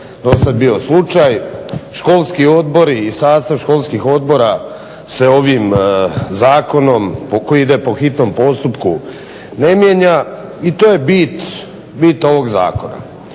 dosad bio slučaj školski odbori i sastav školskih odbora se ovim zakonom koji ide po hitnom postupku ne mijenja i to je bit ovog zakona.